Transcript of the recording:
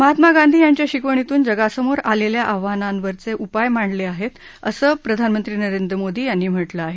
महात्मा गांधी यांनी त्यांच्या शिकवणीतून जगासमोर असलेल्या आव्हानांवरचे उपाय मांडले आहेत असं प्रधानमंत्री नरेंद्र मोदी यांनी म्हटलं आहे